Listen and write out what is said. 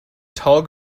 tall